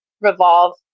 revolve